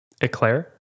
Eclair